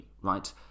right